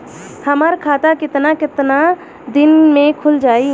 हमर खाता कितना केतना दिन में खुल जाई?